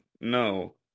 No